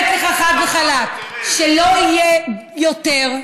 בוא נראה.